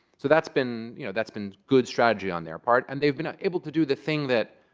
so that's been you know that's been good strategy on their part. and they've been able to do the thing that,